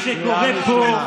מה שקורה פה,